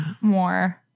more